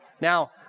now